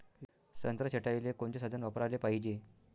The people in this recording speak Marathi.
संत्रा छटाईले कोनचे साधन वापराले पाहिजे?